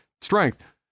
strength